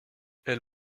elle